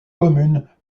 communes